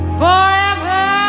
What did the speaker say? forever